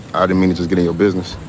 our communities getting your business?